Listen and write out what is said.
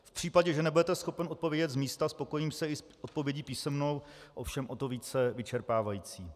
V případě, že nebudete schopen odpovědět z místa, spokojím se i s odpovědí písemnou, ovšem o to více vyčerpávající.